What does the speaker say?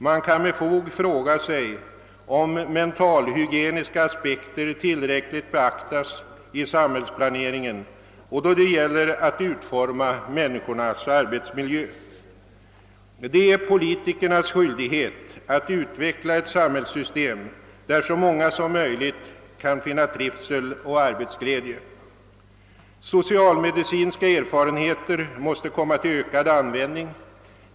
Med fog kan man fråga sig, om mentalhygieniska aspekter tillräckligt beaktas i samhällsplaneringen och då det gäller att utforma människornas arbetsmiljö. Det är politikernas skyldighet att utveckla ett samhällssystem där så många som möjligt kan finna trivsel och arbetsglädje. Socialmedicinska erfarenheter måste komma till ökad användning.